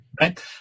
right